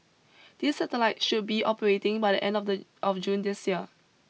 these satellites should be operating by the end of the of June this year